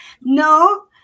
no